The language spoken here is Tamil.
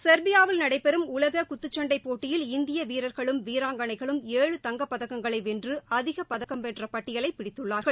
செ்பியாவில் நடைபெறும் உலக குத்துச்சண்டை போட்டியில் இந்திய வீரா்களும் வீராங்கனைகளும் ஏழு தங்கப்பதக்கங்களை வென்று அதிக பதக்கம் பெற்ற பட்டியலை பிடித்துள்ளாா்கள்